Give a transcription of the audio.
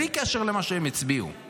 בלי קשר למה שהם הצביעו,